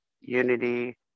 unity